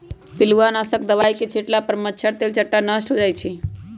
पिलुआ नाशक दवाई के छिट्ला पर मच्छर, तेलट्टा नष्ट हो जाइ छइ